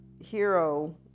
hero